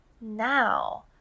Now